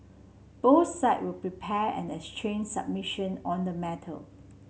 both sides will prepare and exchange submission on the matter